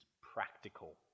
practical